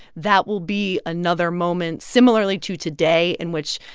that will be another moment similarly to today in which,